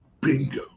Bingo